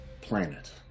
planet